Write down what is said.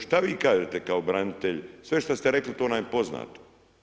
Šta vi kažete kao branitelj, sve što ste rekli, to nam je poznato.